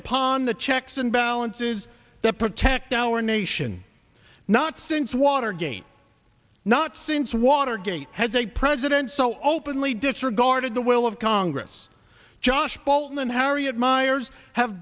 upon the checks and balances that protect our nation not since watergate not since watergate has a president so openly disregarded the will of congress josh bolten and harriet miers have